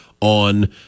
on